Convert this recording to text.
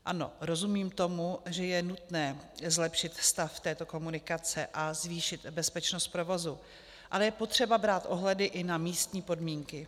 Ano, rozumím tomu, že je nutné zlepšit stav této komunikace a zvýšit bezpečnost provozu, ale je potřeba brát ohledy i na místní podmínky.